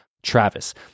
Travis